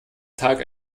tag